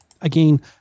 again